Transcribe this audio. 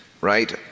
right